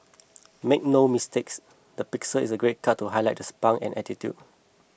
make no mistakes the pixie is a great cut highlight the spunk and attitude